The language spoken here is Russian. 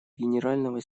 генерального